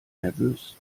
nervös